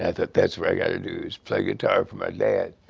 i thought that's what i got to do is play guitar for my dad.